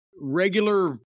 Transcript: regular